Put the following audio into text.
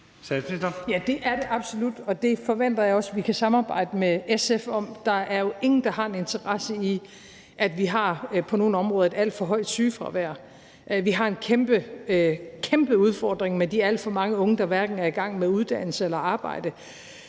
Ja, det er det absolut, og det forventer jeg også at vi kan samarbejde med SF om. Der er jo ingen, der har en interesse i, at vi på nogle områder har et alt for højt sygefravær, og at vi har en kæmpe udfordring med de alt for mange unge, der hverken er i gang med uddannelse eller arbejde.